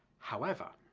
however,